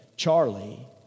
Charlie